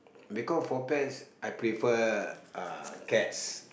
because for pets I prefer uh cats